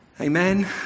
amen